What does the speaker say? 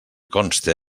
conste